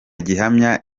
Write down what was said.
gihamya